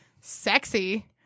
sexy